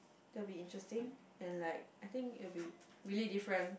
that will be interesting and like I think it'll be really different